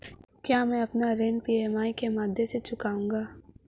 क्या मैं अपना ऋण ई.एम.आई के माध्यम से चुकाऊंगा?